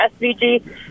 SVG